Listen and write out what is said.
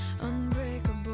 unbreakable